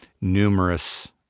numerous